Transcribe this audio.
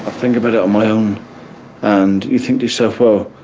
ah think about it on my own and you think to yourself, well,